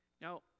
Now